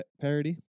parody